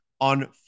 on